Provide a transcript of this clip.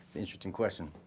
interesting question.